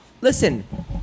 listen